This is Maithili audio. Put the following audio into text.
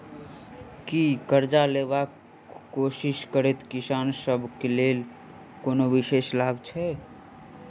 की करजा लेबाक कोशिश करैत किसान सब लेल कोनो विशेष लाभ छै?